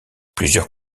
plusieurs